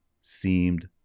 seemed